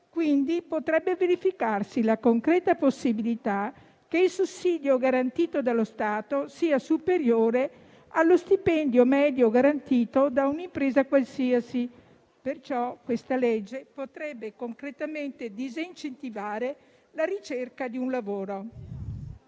quindi potrebbe verificarsi la concreta possibilità che il sussidio garantito dallo Stato sia superiore allo stipendio medio garantito da un'impresa qualsiasi. Questa legge, perciò, potrebbe concretamente disincentivare la ricerca di un lavoro.